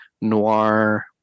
noir